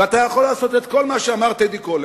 ואתה יכול לעשות את כל מה שאמר טדי קולק,